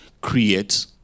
create